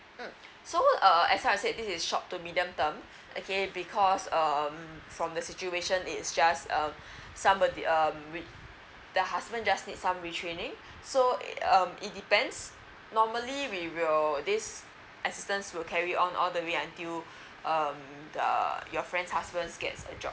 mm so uh as I said this is short to medium term okay because um from the situation it's just uh somebo~ uh the um the husband just need some retraining so it um it depends normally we will this assistance will carry on all the way until um uh your friend's husband's gets a job